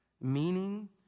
meaning